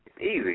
Easy